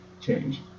change